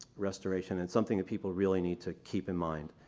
restoration and something that people really need to keep in mind.